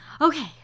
Okay